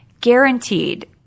guaranteed